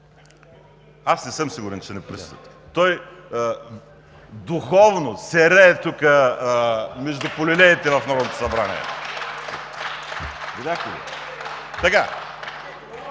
Аз не съм сигурен, че не присъства. Той духовно се рее тук, между полилеите в Народното събрание.